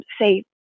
say